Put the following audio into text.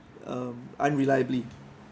um unreliably